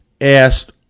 asked